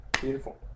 beautiful